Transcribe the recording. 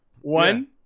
One